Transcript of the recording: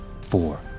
four